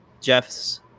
Jeff's